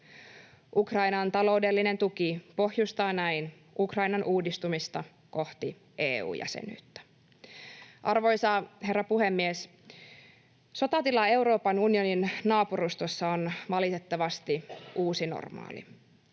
Ukrainan taloudellinen tuki pohjustaa näin Ukrainan uudistumista kohti EU-jäsenyyttä. Arvoisa herra puhemies! Sotatila Euroopan unionin naapurustossa on valitettavasti uusi normaali.